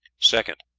second.